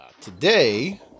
Today